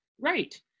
right